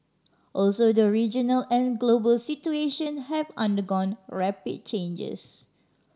also the regional and global situation have undergone rapid changes